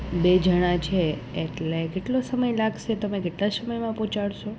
બે જણાં છે એટલે કેટલો સમય લાગશે તમે કેટલાં સમયમાં પહોંચાડશો